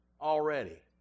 already